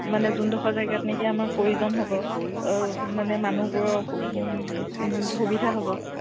মানে যোনডোখৰ জেগাত নেকি আমাৰ প্ৰয়োজন হ'ব মানে মানুহবোৰৰ সু সুবিধা হ'ব